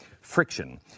Friction